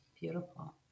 Beautiful